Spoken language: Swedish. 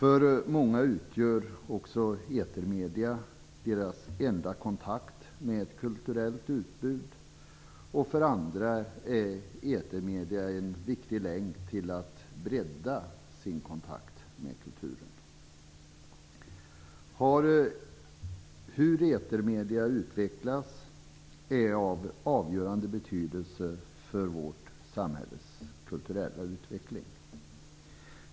För många utgör också etermedier deras enda kontakt med ett kulturellt utbud, och för andra är etermedier en viktig länk till att bredda sin kontakt med kulturen. Hur etermedier utvecklas är av avgörande betydelse för vårt samhälles kulturella utveckling.